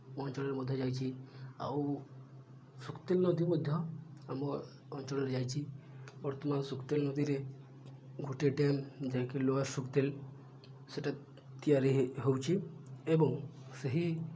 ଅଞ୍ଚଳରେ ମଧ୍ୟ ଯାଇଛି ଆଉ ସୁକ୍ତେଲ ନଦୀ ମଧ୍ୟ ଆମ ଅଞ୍ଚଳରେ ଯାଇଛି ବର୍ତ୍ତମାନ ସୁକ୍ତେଲ ନଦୀରେ ଗୋଟିଏ ଡ୍ୟାମ୍ ଯାଇକି ଲୋୟର ସୁକ୍ତେଲ ସେଟା ତିଆରି ହେଉଛି ଏବଂ ସେହି